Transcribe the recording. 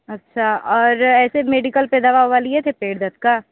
अच्छा और ऐसे मेडिकल पे दवा वबा लिए थे पेट दर्द का